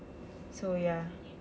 so ya